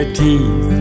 teeth